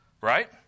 right